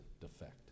defect